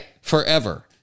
forever